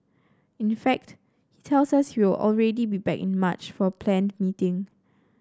in fact he tells us he will already be back in March for a planned meeting